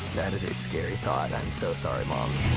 that is a scary thought. i'm so sorry, moms.